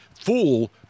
fool